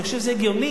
אני חושב שזה הגיוני.